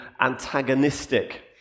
antagonistic